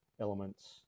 elements